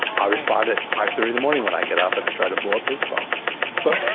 i respond at five thirty the morning when i get up and i try to blow up his phone but